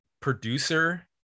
producer